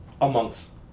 amongst